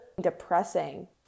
depressing